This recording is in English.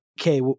okay